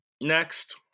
next